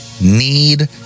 need